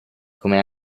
come